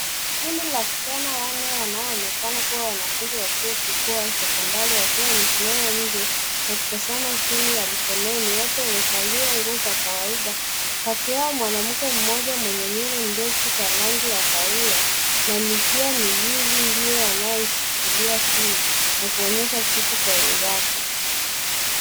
Kundi la vijana wanne wanaoonekana kuwa wanafunzi wa chuo kikuu au sekondari wakiwa wamesimama nje na kutazama simu ya mkononi. Watu wamevalia nguo za kawaida. Kati yao mwanamke mmoja mwenye nywele ndefu za rangi ya kahawia na mikia miwili ndiye anayeshikilia simu na kuonyesha kitu kwa wenzake.